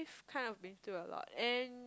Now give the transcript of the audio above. kind of been through a lot and